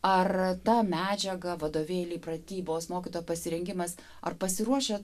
ar ta medžiaga vadovėliai pratybos mokytojo pasirengimas ar pasiruošęs